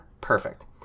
Perfect